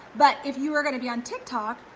but if you are gonna be on tik tok,